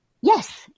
Yes